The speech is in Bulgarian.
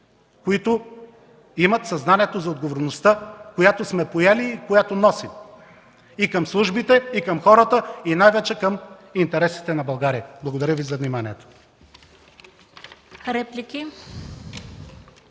които имат съзнанието за отговорността, която сме поели и носим към службите, към хората и най-вече към интересите на България. Благодаря Ви за вниманието.